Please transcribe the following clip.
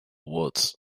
woods